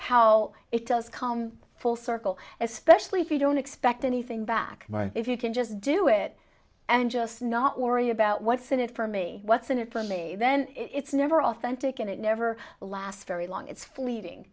how it does come full circle especially if you don't expect anything back if you can just do it and just not worry about what's in it for me what's in it for me then it's never authentic and it never lasts very long it's fleeting